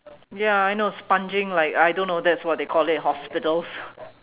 ya I know sponging like I don't know that's what they call it hospitals